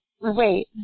wait